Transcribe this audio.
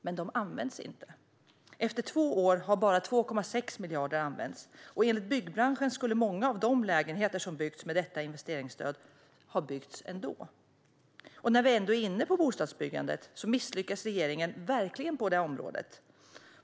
Men de används inte. Efter två år har bara 2,6 miljarder använts, och enligt byggbranschen skulle många av de lägenheter som byggts med detta investeringsstöd ha byggts ändå. När vi ändå är inne på bostadsbyggandet är det ett område där regeringen verkligen misslyckas.